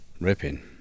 ripping